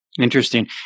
Interesting